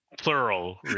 plural